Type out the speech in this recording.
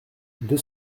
deux